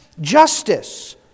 justice